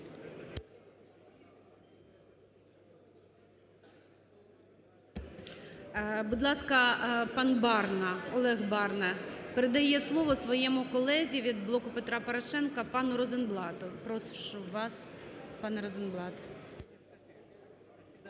Будь ласка, пан Барна, Олег Барна, передає слово своєму колезі від "Блоку Петра Порошенка" пану Розенблату. Прошу вас, пане Розенблат.